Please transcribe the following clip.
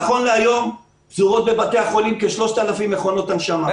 נכון להיום פזורות בבתי החולים כ-3,000 מכונות הנשמה,